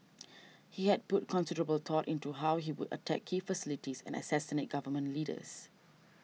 he had put considerable thought into how he would attack key facilities and assassinate Government Leaders